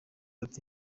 ati